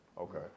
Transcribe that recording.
okay